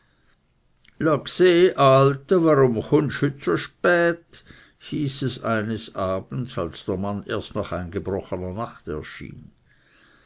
warum chunst hüt so spät hieß es eines abends als der mann erst nach eingebrochener nacht erschien